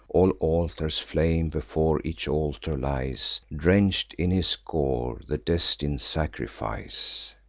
all altars flame before each altar lies, drench'd in his gore, the destin'd sacrifice.